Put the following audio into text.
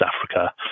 Africa